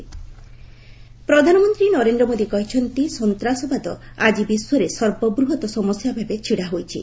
PM BRICS ପ୍ରଧାନମନ୍ତ୍ରୀ ନରେନ୍ଦ୍ର ମୋଦୀ କହିଛନ୍ତି ସନ୍ତାସବାଦ ଆଜି ବିଶ୍ୱରେ ସର୍ବବୃହତ୍ ସମସ୍ୟା ଭାବେ ଛିଡ଼ା ହୋଇଛି